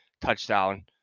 touchdown